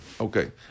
Okay